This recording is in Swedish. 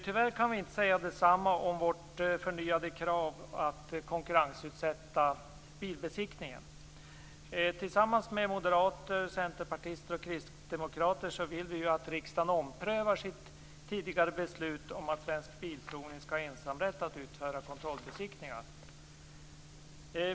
Tyvärr kan vi inte säga detsamma om vårt förnyade krav på att konkurrensutsätta bilbesiktningen. Tillsammans med moderater, centerpartister och kristdemokrater vill vi att riksdagen omprövar sitt tidigare beslut om att Svensk Bilprovning skall ha ensamrätt att utföra kontrollbesiktningar.